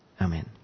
Amen